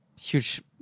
Huge